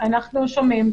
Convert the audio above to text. אנחנו שומעים.